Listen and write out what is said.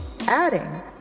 adding